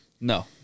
No